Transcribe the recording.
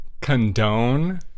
Condone